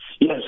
Yes